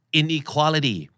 inequality